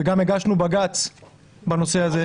וגם הגשנו בג"ץ בנושא הזה.